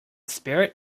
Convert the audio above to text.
spirit